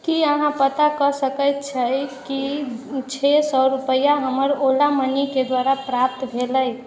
की अहाँ पता कऽ सकैत छै जे कि छओ सए रुपैआ हमर ओला मनी के द्वारा प्राप्त भेलै